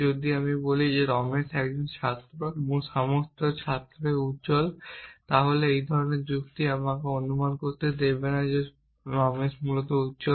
যদি আমি বলি রমেশ একজন ছাত্র এবং সব ছাত্রই উজ্জ্বল তাহলে একই ধরনের যুক্তি আমাকে অনুমান করতে দেবে যে রমেশ মূলত উজ্জ্বল